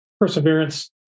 Perseverance